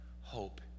hope